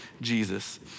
Jesus